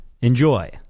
Enjoy